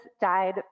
died